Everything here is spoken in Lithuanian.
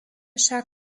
šią